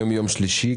היום יום שלישי,